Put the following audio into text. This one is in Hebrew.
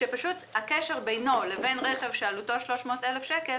שהקשר בינו לבין רכב שעלותו 300,000 שקל